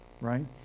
right